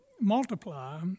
multiply